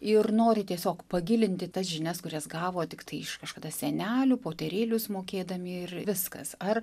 ir nori tiesiog pagilinti tas žinias kurias gavo tiktai iš kažkada senelių poterėlius mokėdami ir viskas ar